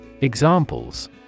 Examples